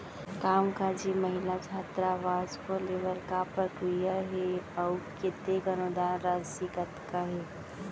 कामकाजी महिला छात्रावास खोले बर का प्रक्रिया ह अऊ कतेक अनुदान राशि कतका हे?